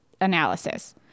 analysis